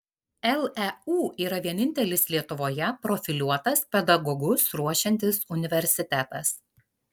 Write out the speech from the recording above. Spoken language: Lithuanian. leu yra vienintelis lietuvoje profiliuotas pedagogus ruošiantis universitetas